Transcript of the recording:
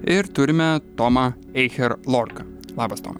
ir turime tomą eicher lorką labas tomai